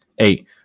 eight